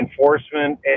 enforcement